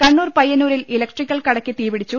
കണ്ണൂർ പയ്യുന്നൂരിൽ ഇലക്ട്രിക്കൽ കടയ്ക്ക് തീ പിടിച്ചു